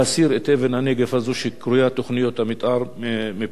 הזו שקרויה "תוכניות המיתאר" מפני הבעיה הזו.